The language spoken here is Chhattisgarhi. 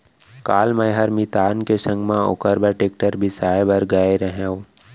काल मैंहर मितान के संग म ओकर बर टेक्टर बिसाए बर गए रहव